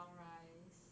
sunrise